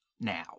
now